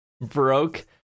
broke